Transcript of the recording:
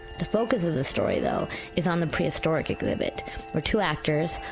the focus of the story though is on the prehistoric exhibit where two actors,